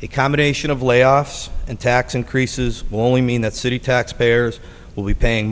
the combination of layoffs and tax increases will only mean that city taxpayers will be paying